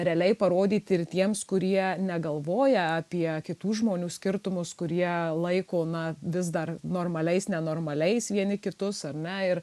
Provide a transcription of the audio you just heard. realiai parodyti ir tiems kurie negalvoja apie kitų žmonių skirtumus kurie laiko na vis dar normaliais nenormaliais vieni kitus ar ne ir